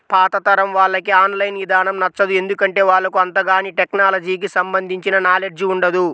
పాతతరం వాళ్లకి online ఇదానం నచ్చదు, ఎందుకంటే వాళ్లకు అంతగాని టెక్నలజీకి సంబంధించిన నాలెడ్జ్ ఉండదు